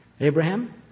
Abraham